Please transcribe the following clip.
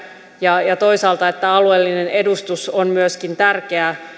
ja ja toisaalta että alueellinen edustus on myöskin tärkeää